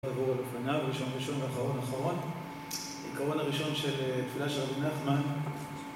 ראשון ראשון ואחרון אחרון. עיקרון הראשון של תפילה של רבי נחמן...